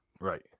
Right